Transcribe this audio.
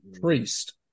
Priest